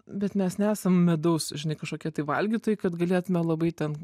bet mes nesam medaus žinai kažkokie tai valgytojai kad galėtume labai ten